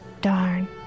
darn